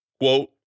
Quote